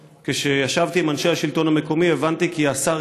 כשישבתי עם אנשי השלטון המקומי הבנתי כי השר